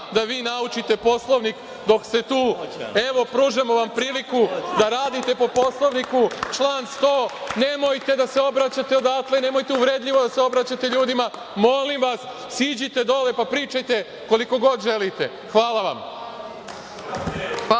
da vi naučite Poslovnik dok ste tu. Evo, pružamo vam priliku da radite po Poslovniku, član 100, nemojte da se obraćate odatle, nemojte uvredljivo da se obraćate ljudima. Molim vas, siđite dole, pa pričajte koliko god želite. Hvala vam.